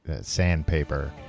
sandpaper